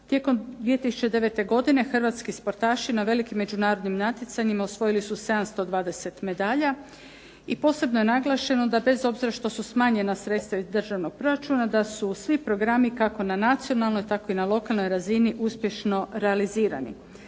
Tijekom 2009. godine hrvatski sportaši na velikim međunarodnim natjecanjima osvojili su 720 medalja i posebno je naglašeno da bez obzira što su smanjena sredstva iz državnog proračuna da su svi programi kako na nacionalnoj tako i na lokalnoj razini uspješno realizirani.